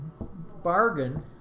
Bargain